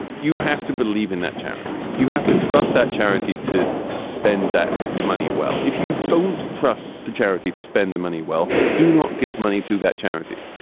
you have to believe in that charity. you have to trust that charity to spend that money. well, if you don't trust the charity to spend the money, well, do not give money to that charity.